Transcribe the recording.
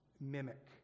mimic